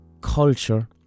culture